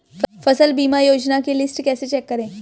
फसल बीमा योजना की लिस्ट कैसे चेक करें?